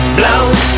blows